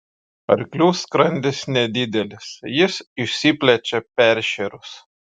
arklių skrandis nedidelis jis išsiplečia peršėrus